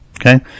Okay